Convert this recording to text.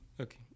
Okay